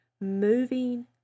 moving